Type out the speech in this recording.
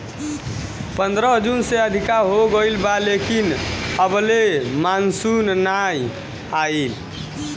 पंद्रह जून से अधिका हो गईल बा लेकिन अबले मानसून नाइ आइल